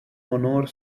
honor